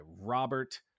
Robert